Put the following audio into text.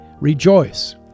rejoice